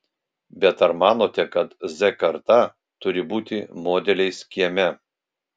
bet ar manote kad z karta turi būti modeliais kieme